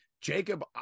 Jacob